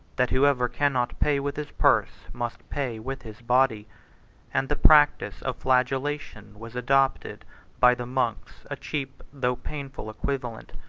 that whosoever cannot pay with his purse, must pay with his body and the practice of flagellation was adopted by the monks, a cheap, though painful equivalent.